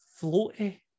floaty